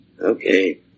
Okay